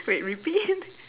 wait repeat